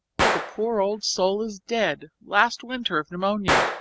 well, the poor old soul is dead last winter of pneumonia.